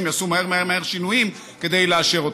יעשו מהר מהר מהר שינויים כדי לאשר אותו.